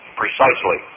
precisely